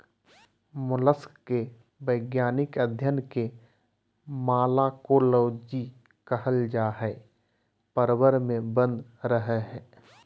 mollusc के वैज्ञानिक अध्यन के मालाकोलोजी कहल जा हई, प्रवर में बंद रहअ हई